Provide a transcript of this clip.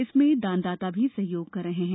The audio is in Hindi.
इसमें दानदाता भी सहयोग कर रहे हैं